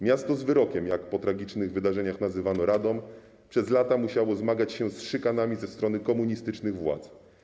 Miasto z wyrokiem', jak po tragicznych wydarzeniach nazywano Radom, przez lata musiało zmagać się z szykanami ze strony komunistycznych władz.